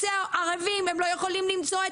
הם לא יכולים למצוא ערבים,